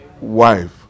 Wife